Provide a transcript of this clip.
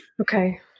okay